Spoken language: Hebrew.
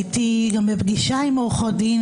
הייתי גם בפגישה עם עורכות דין,